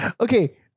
Okay